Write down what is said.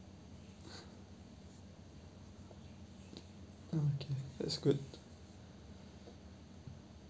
okay that's good